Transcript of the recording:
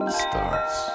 starts